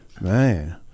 Man